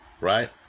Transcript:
right